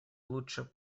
лучше